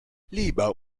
leber